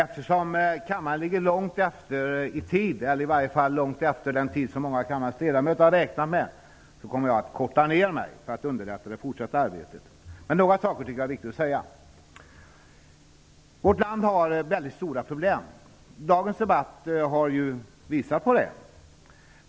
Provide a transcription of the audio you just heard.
Fru talman! Eftersom kammaren tidsmässigt ligger långt efter skall jag korta ned mitt anförande för att på det sättet underlätta det fortsatta arbetet. Men några saker tycker jag att det är viktigt att ta upp. Vårt land har väldigt stora problem. Dagens debatt visar också på det.